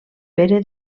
pere